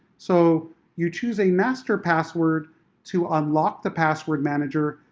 so you choose a master password to unlock the password manager,